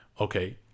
okay